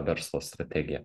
verslo strategiją